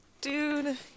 Dude